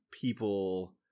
people